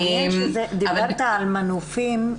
דיברת על מנופים,